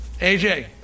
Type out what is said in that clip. AJ